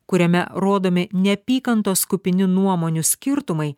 kuriame rodomi neapykantos kupini nuomonių skirtumai